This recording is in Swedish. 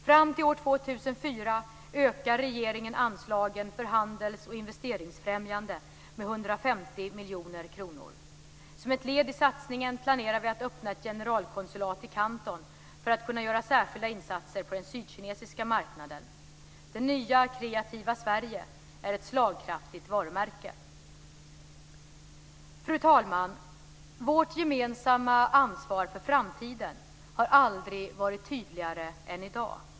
Fram till år 2004 ökar regeringen anslagen för handels och investeringsfrämjande med 150 miljoner kronor. Som ett led i satsningen planerar vi att öppna ett generalkonsulat i Kanton för att kunna göra särskilda insatser på den sydkinesiska marknaden. Det nya kreativa Sverige är ett slagkraftigt varumärke. Fru talman! Vårt gemensamma ansvar för framtiden har aldrig varit tydligare än i dag.